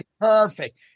perfect